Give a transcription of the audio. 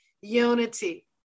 unity